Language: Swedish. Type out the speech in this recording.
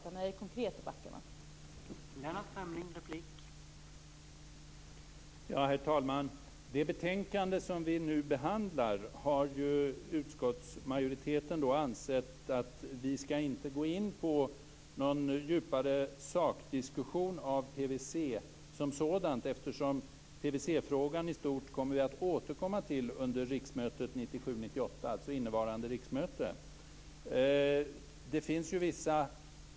Men när det blir konkret, då backar man.